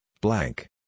blank